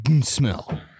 smell